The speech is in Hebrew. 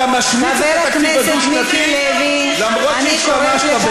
אתה משמיץ את התקציב הדו-שנתי אף שהשתמשת בו.